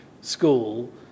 school